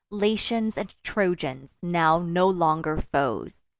latians and trojans, now no longer foes,